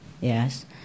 Yes